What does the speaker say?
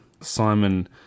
Simon